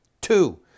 Two